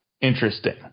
interesting